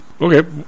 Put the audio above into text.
Okay